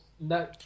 no